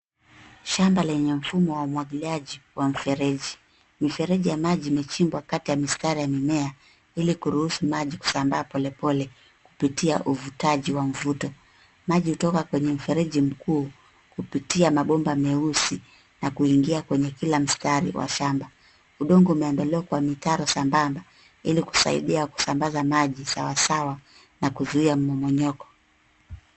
Shamba lenye mfumo wa umwagiliaji wa mfereji. Mifereji ya maji imechimbwa kati ya mistari ya mimea ili kuruhusu maji kusambaa polepole kupitia uvutaji wa mvuto. Maji hutoka kwenye mfereji mkuu kupitia mabomba meusi na kuingia kwenye kila mstari wa shamba. Udongo umeandaliwa kwa mitaro sambamba ili kusaidia kusambaza maji sawasawa na kuzuia momonyoko.